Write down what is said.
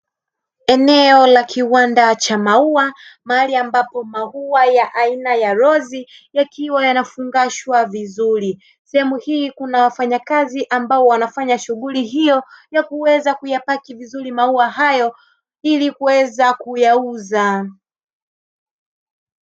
Eneo la kiwanda cha maua, mahali ambacho maua aina ya rozi yakiwa yanafungashwa vizuri, sehemu hii kuna wafanyakazi ambao wanafanya shughuli hiyo, ya kuweza kuyapakia vizuri maua haya ili kuyaweza kuyauza.